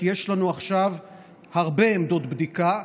כי יש לנו עכשיו הרבה עמדות בדיקה,